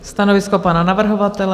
Stanovisko pana navrhovatele?